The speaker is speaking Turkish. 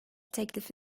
teklifi